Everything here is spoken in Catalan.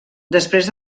després